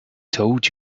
told